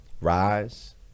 rise